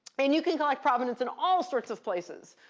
and you can collect provenance in all sorts of places.